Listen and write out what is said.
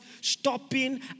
stopping